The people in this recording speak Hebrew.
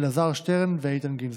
אלעזר שטרן ואיתן גינזבורג.